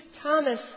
Thomas